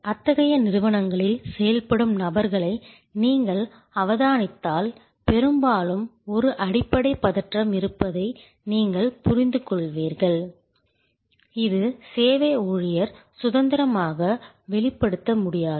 அத்தகைய நிறுவனங்களில் செயல்படும் நபர்களை நீங்கள் அவதானித்தால் பெரும்பாலும் ஒரு அடிப்படை பதற்றம் இருப்பதை நீங்கள் புரிந்துகொள்வீர்கள் இது சேவை ஊழியர் சுதந்திரமாக வெளிப்படுத்த முடியாது